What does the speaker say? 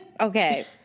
okay